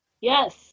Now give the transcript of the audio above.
Yes